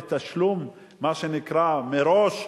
להביא אותנו לתשלום, מה שנקרא מראש,